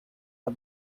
for